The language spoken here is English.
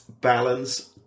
balance